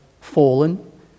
fallen